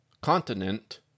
continent